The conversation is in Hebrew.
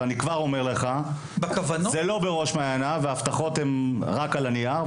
אבל אני כבר אומר לך זה לא בראש מעייניו והבטחות הן רק על הנייר.